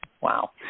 Wow